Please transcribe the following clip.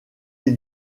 les